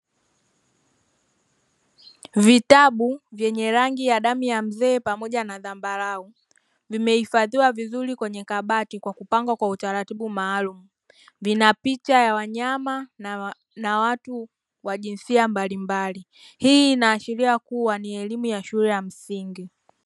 Vitabu vyenye rangi ya damu ya mzee pamoja na zambarau vimehifadhiwa vizuri kwenye kabati kwa kupangwa kwa mpangilio maalumu, vinapicha ya wanyama na watu wa jinsia mbalimbali hii inashiria kuwa ni elimu ya shule ya msingi.